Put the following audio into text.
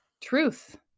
truth